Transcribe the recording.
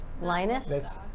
Linus